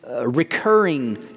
recurring